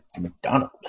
McDonald